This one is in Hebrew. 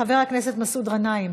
חבר הכנסת מסעוד גנאים,